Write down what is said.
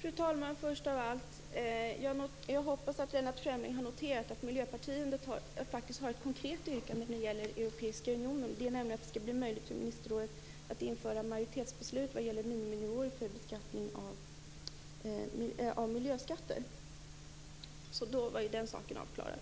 Fru talman! Först av allt hoppas jag att Lennart Fremling har noterat att Miljöpartiet faktiskt har ett konkret yrkande när det gäller Europeiska unionen, nämligen att det skall bli möjligt för ministerrådet att införa majoritetsbeslut vad gäller miniminivåer för miljöskatter. Då var den saken avklarad.